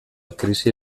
krisi